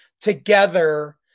together